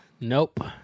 Nope